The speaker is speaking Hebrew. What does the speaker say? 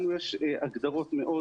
לנו יש הגדרות מאוד